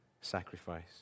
sacrifice